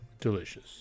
delicious